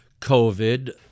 COVID